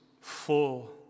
full